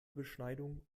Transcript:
beschneidung